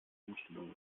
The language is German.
umstellung